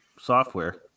software